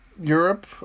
Europe